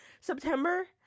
September